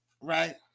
right